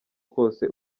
kose